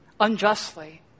unjustly